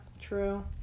True